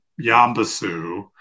Yambasu